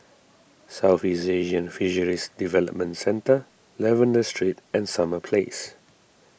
Southeast Asian Fisheries Development Centre Lavender Street and Summer Place